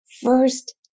first